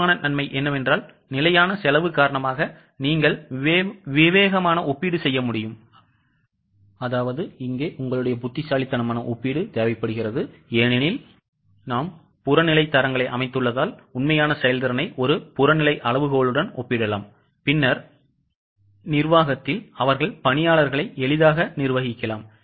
முக்கியமான நன்மை என்னவென்றால் நிலையான செலவு காரணமாக நீங்கள் விவேகமான ஒப்பீடு செய்ய முடியும் ஏனெனில் நாம் புறநிலை தரங்களை அமைத்துள்ளதால் உண்மையான செயல்திறனை ஒரு புறநிலை அளவுகோலுடன் ஒப்பிடலாம் பின்னர் நிர்வாகத்தில் அவர்கள் பணியாளர்களை எளிதாக நிர்வகிக்கலாம்